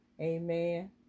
amen